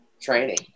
training